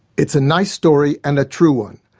it's a nice story and a true one,